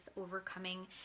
overcoming